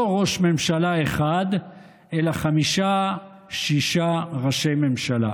לא ראש ממשלה אחד אלא חמישה-שישה ראשי ממשלה.